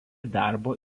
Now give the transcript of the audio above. darbo